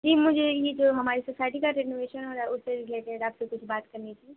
جی مجھے یہ جو ہماری سوسائٹی کا رینوویشن ہو رہا ہے اس سے رلیٹیڈ آپ سے کچھ بات کرنی تھی